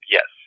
Yes